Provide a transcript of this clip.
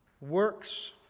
works